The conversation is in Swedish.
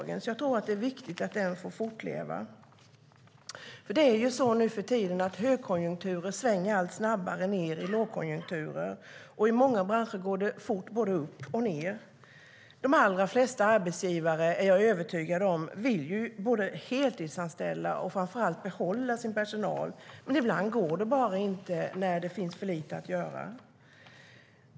Därför tror jag att det är viktigt att undantagen får fortleva. Nu för tiden är det ju så att högkonjunkturer svänger allt snabbare ned i lågkonjunkturer. I många branscher går det fort både upp och ned. De allra flesta arbetsgivare är jag övertygad om vill både heltidsanställa och framför allt behålla sin personal. Men ibland går det bara inte när det finns för lite att göra.